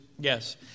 Yes